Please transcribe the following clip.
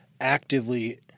actively